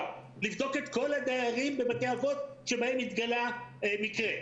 לבדוק את כל הדיירים בבתי האבות שבהם התגלה מקרה.